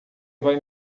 vai